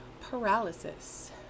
paralysis